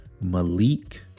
Malik